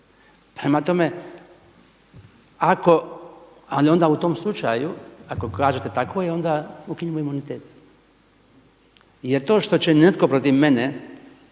Prema tome, ali onda u tom slučaju ako kažete tako je onda ukinimo imunitet jer to što će netko protiv mene,